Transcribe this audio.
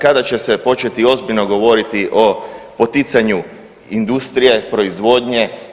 Kada će se početi ozbiljno govoriti o poticanju industrije, proizvodnje?